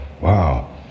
Wow